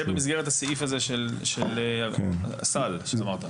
וזה במסגרת סעיף הסל שציינת קודם?